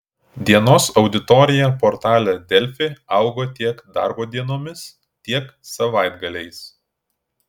dienos auditorija portale delfi augo tiek darbo dienomis tiek savaitgaliais